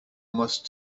must